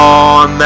on